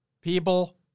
people